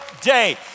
day